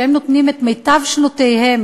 שהם נותנים את מיטב שנותיהם,